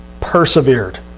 persevered